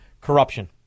corruption